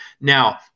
Now